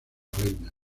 reina